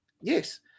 Yes